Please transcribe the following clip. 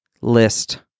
list